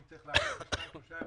אם צריך להמתין 5 6 ימים,